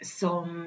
som